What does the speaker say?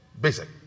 Basic